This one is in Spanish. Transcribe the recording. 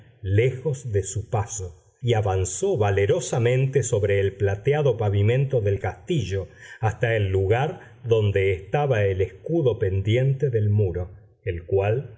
lejos de su paso y avanzó valerosamente sobre el plateado pavimento del castillo hasta el lugar donde estaba el escudo pendiente del muro el cual